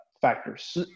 factors